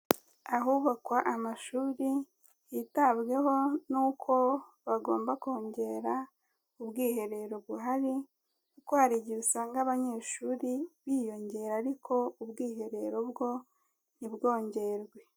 Ahubakwa amashuri yitabwaho n'uko bagomba kongera ubwiherero buhari, kuko hari igihe usanga abanyeshuri biyongera ariko ubwiherero bwo ntibwongerwe.